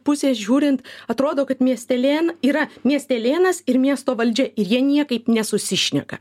pusės žiūrint atrodo kad miestelėn yra miestelėnas ir miesto valdžia ir jie niekaip nesusišneka